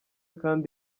kandi